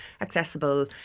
accessible